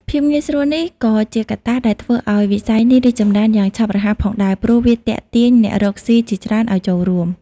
ភាពងាយស្រួលនេះក៏ជាកត្តាដែលធ្វើឱ្យវិស័យនេះរីកចម្រើនយ៉ាងឆាប់រហ័សផងដែរ ព្រោះវាទាក់ទាញអ្នករកស៊ីជាច្រើនឱ្យចូលរួម។